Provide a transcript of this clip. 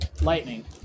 Lightning